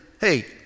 hey